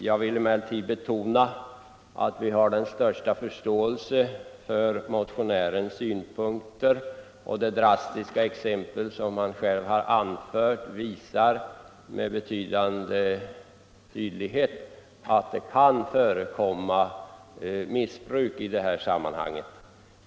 Jag vill emellertid betona att vi har den största förståelse för motionärens synpunkter, och det drastiska exempel som han själv anfört visar tydligt att det kan förekomma missbruk i sammanhanget.